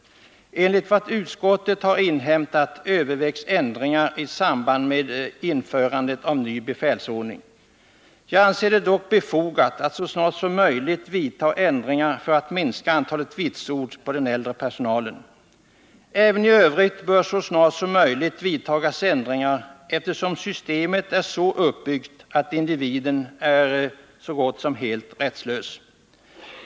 Enligt vad utskottet har inhämtat övervägs ändringar i samband med införandet av en ny befälsordning. Jag anser det dock befogat att man så snart som möjligt vidtar ändringar för att minska antalet vitsord om den äldre personalen. Även i övrigt bör så snart som möjligt vidtas ändringar, eftersom systemet är så uppbyggt att individen är så gott som helt rättslös.